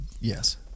Yes